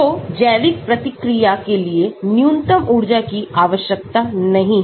तो जैविक प्रतिक्रिया के लिए निम्नतम ऊर्जा की आवश्यकता नहीं है